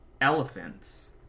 elephants